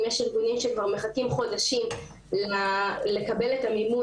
אם יש ארגונים שמחכים כבר חודשים לקבל את המימון